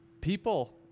People